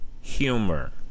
Humor